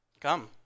Come